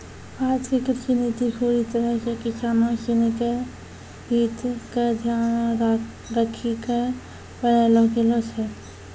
भारत के कृषि नीति पूरी तरह सॅ किसानों सिनि के हित क ध्यान मॅ रखी क बनैलो गेलो छै